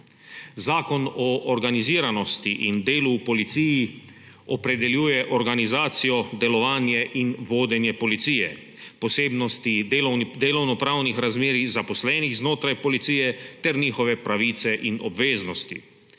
Zakon o organiziranosti in delu v policiji opredeljuje organizacijo, delovanje in vodenje policije, posebnosti delovnopravnih razmerjih zaposlenih znotraj policije ter njihove pravice in obveznosti.